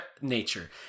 nature